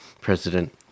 president